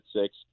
six